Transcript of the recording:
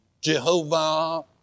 Jehovah